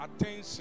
attention